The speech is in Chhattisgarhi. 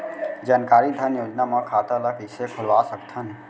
जानकारी धन योजना म खाता ल कइसे खोलवा सकथन?